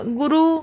guru